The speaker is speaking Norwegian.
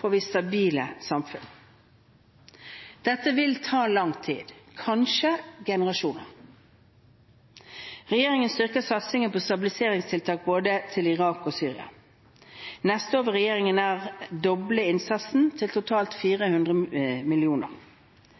får vi stabile samfunn. Dette vil ta lang tid, kanskje generasjoner. Regjeringen styrker satsningen på stabiliseringstiltak både til Irak og Syria. Neste år vil regjeringen nær doble innsatsen, til totalt